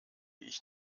ich